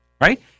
right